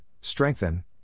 strengthen